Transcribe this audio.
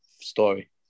story